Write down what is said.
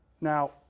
Now